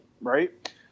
right